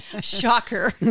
shocker